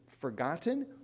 forgotten